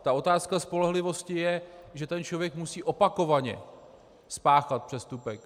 Ta otázka spolehlivosti je, že ten člověk musí opakovaně spáchat přestupek.